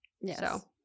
Yes